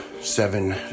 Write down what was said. seven